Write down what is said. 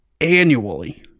annually